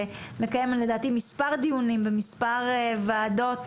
שמקיים לדעתי מספר דיונים במספר ועדות